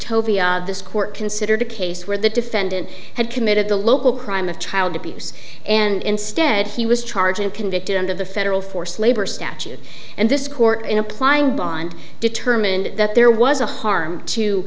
tovia this court considered a case where the defendant had committed the local crime of child abuse and instead he was charged and convicted under the federal force labor statute and this court in applying bond determined that there was a harm to